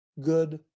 good